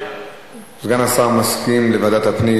סגן השר מסכים לוועדת הפנים.